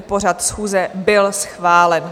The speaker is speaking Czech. Pořad schůze byl schválen.